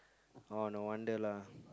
oh no wonder lah